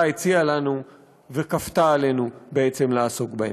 הציעה לנו וכפתה עלינו בעצם לעסוק בהם.